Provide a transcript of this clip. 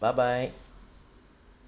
bye bye